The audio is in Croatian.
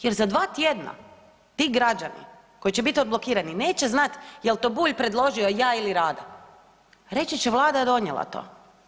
Jer za dva tjedna ti građani koji će biti odblokirani neće znat jel to Bulj predložio, ja ili Rada, reći će Vlada je donijela to.